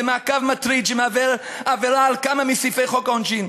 זה מעקב מטריד שמהווה עבירה על כמה מסעיפי חוק העונשין.